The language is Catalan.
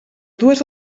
dues